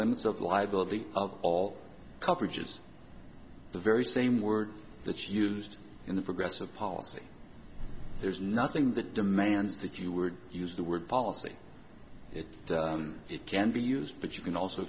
limits of liability of all coverages the very same word that's used in the progressive policy there's nothing that demands that you would use the word policy if it can be used but you can also